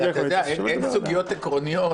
אבל אתה יודע, אין סוגיות עקרוניות